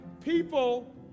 People